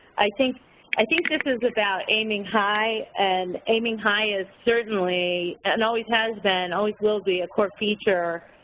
i think i think this is about aiming high, and aiming high is certainly and always has been, always will be a core feature